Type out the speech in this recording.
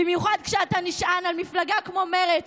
במיוחד כשאתה נשען על מפלגה כמו מרצ,